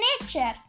Nature